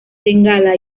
bengala